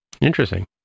Interesting